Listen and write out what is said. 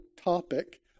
topic